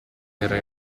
era